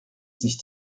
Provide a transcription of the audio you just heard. sich